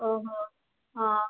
ଓହୋ ହଁ